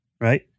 right